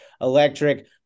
electric